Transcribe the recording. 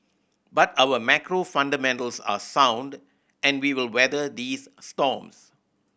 but our macro fundamentals are sound and we will weather these storms